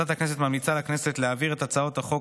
ועדת הכנסת ממליצה לכנסת להעביר את הצעות החוק